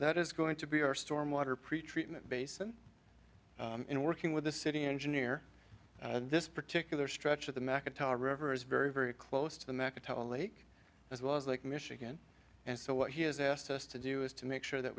that is going to be our stormwater pretreatment basin in working with the city engineer and this particular stretch of the mcintyre river is very very close to the mecca to a lake as well as like michigan and so what he has asked us to do is to make sure that